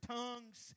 tongues